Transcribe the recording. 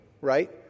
right